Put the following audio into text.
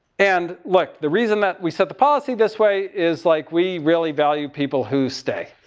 and look, the reason that we set the policy this way is like we really value people who stay.